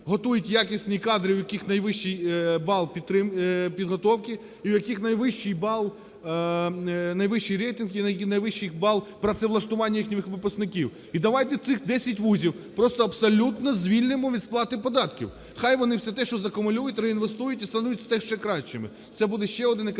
готують якісні кадри, в яких найвищий бал підготовки, і в яких найвищий бал, найвищі рейтинги і найвищий бал працевлаштування їхніх випускників. І давайте цих 10 вузів просто абсолютно звільнимо від сплати податків, нехай вони все те, що закумулюють, реінвестують, і стануть ще кращими. Це буде ще один економічний